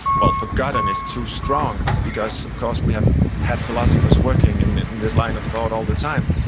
well forgotten is too strong because of course we have had philosophers working in this line of thought all the time,